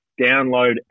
download